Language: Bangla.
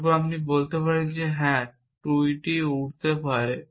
যে আপনি বলতে পারেন হ্যাঁ টুইটি উড়তে পারে